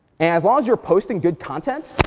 as long as you're posting good content,